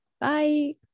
Bye